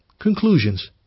Conclusions